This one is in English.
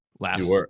Last